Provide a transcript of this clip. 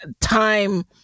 time